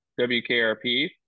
WKRP